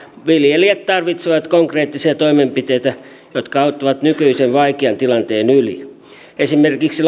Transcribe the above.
viljelijät tarvitsevat konkreettisia toimenpiteitä jotka auttavat nykyisen vaikean tilanteen yli esimerkiksi